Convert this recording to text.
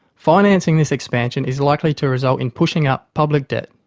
financing this expansion is likely to result in pushing up public debt.